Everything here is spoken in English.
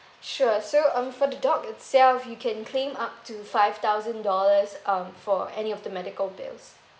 sure so um for the dog itself you can claim up to five thousand dollars um for any of the medical bills